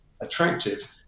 attractive